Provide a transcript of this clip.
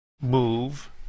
move